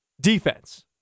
defense